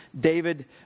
David